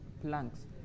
planks